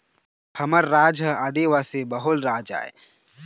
हमर राज ह आदिवासी बहुल राज आय